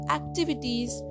activities